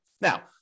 Now